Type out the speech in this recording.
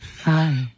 Hi